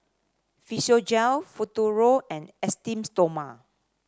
Physiogel Futuro and Esteem Stoma